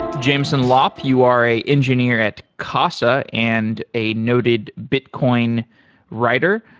jameson lopp, you are a engineer at casa and a noted bitcoin writer.